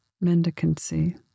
mendicancy